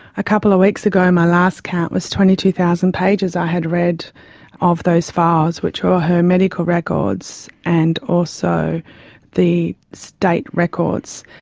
a couple of weeks ago my last count was twenty two thousand pages i had read of those files, which were her medical records and also the state records.